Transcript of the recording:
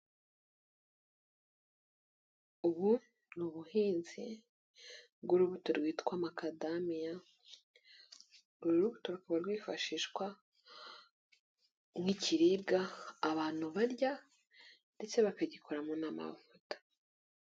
Ubu ni ubuhinzi bw'urubuto rwitwa macadamia rukaba rwifashishwa nk'ibiribwa abantu barya ndetse bakagikoramo n'amavuta.